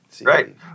Right